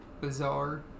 bizarre